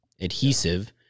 adhesive